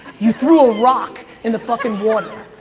you threw a rock in the fuckin' water.